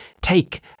take